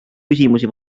küsimusi